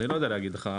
אני לא יודע להגיד לך,